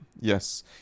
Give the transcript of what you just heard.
yes